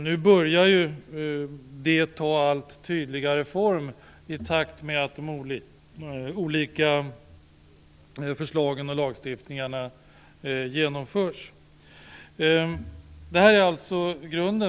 Nu börjar det ta allt tydligare form i takt med att de olika förslagen och lagstiftningarna genomförs. Detta är grunden.